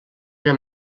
era